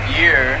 year